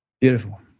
Beautiful